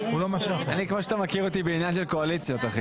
אני רוצה לעבור לסעיפים ד' ו-ה'.